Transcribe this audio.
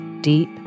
deep